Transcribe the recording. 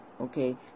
Okay